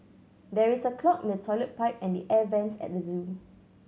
there is a clog in the toilet pipe and the air vents at the zoo